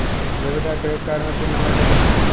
Debit या credit card मे PIN number कैसे बनाएम?